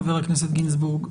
חבר הכנסת גינזבורג,